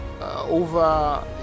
over